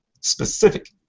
Specific